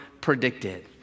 predicted